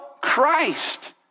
Christ